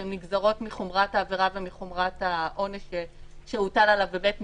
שהן נגזרות מחומרת העבירה ומחומרת העונש שהוטל עליו בבית המשפט,